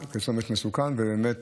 ובאמת